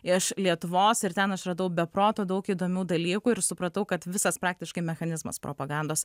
iš lietuvos ir ten aš radau be proto daug įdomių dalykų ir supratau kad visas praktiškai mechanizmas propagandos